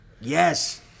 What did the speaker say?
Yes